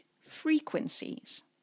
frequencies